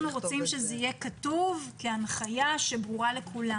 אנחנו רוצים שזה יהיה כתוב כהנחיה שברורה לכולם.